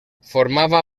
formava